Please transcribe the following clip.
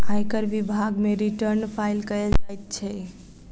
आयकर विभाग मे रिटर्न फाइल कयल जाइत छै